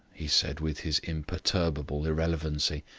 he said with his imperturbable irrelevancy.